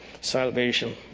salvation